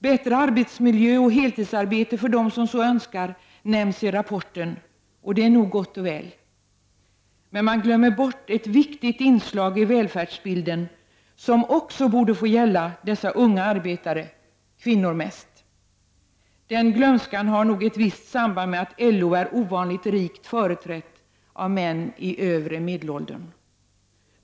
Bättre arbetsmiljö och heltidsarbete för dem som så önskar nämns i rapporten, och det är nog gott och väl. Men man glömmer bort ett viktigt inslag i välfärdsbilden som också borde omfatta dessa unga arbetare, främst kvinnor — denna glömska har nog ett visst samband med att LO är ovanligt rikt företrätt av män i övre medelåldern.